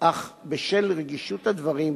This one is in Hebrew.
אך בשל רגישות הדברים,